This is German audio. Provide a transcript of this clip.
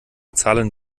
zahlen